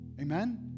Amen